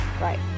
Right